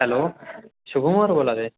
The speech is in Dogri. हैलो शुभम होर बोलै दे